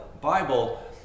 Bible